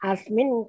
Asmin